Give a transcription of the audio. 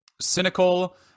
cynical